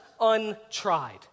untried